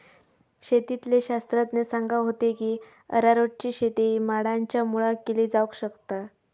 शेतीतले शास्त्रज्ञ सांगा होते की अरारोटची शेती माडांच्या मुळाक केली जावक शकता